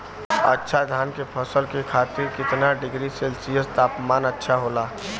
अच्छा धान क फसल के खातीर कितना डिग्री सेल्सीयस तापमान अच्छा होला?